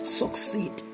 succeed